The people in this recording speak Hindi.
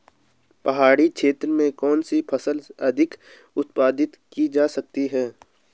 पहाड़ी क्षेत्र में कौन सी फसल अधिक उत्पादित की जा सकती है?